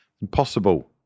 impossible